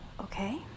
Okay